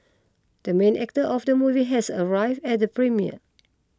the main actor of the movie has arrived at the premiere